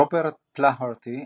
רוברט פלהארטי,